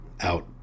out